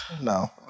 No